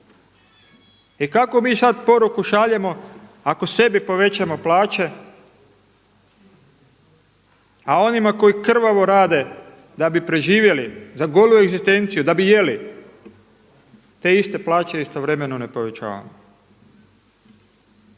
I kakvu mi sada poruku šaljemo ako sebi povećamo plaće a onima koji krvavo rade da bi preživjeli za golu egzistenciju, da bi jeli, te iste plaće istovremeno ne povećavamo?